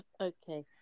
Okay